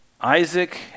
Isaac